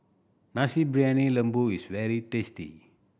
Nasi Briyani Lembu is very tasty